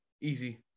Easy